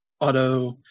auto